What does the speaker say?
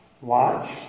watch